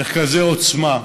מרכזי עוצמה,